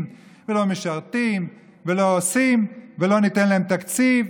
ולא משרתים ולא עושים ולא ניתן להם תקציב.